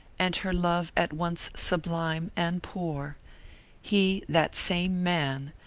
and her love at once sublime and poor he, that same man,